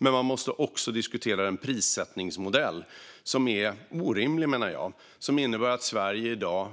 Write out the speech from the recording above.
Man måste också diskutera den prissättningsmodell som jag menar är orimlig och som innebär att Sverige i dag,